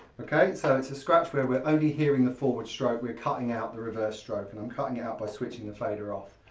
okay, so it's a scratch where we're only hearing the forward stroke, we're cutting out the reverse stroke and i'm cutting out by switching the fader off.